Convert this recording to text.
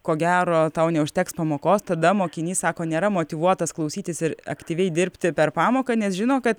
ko gero tau neužteks pamokos tada mokinys sako nėra motyvuotas klausytis ir aktyviai dirbti per pamoką nes žino kad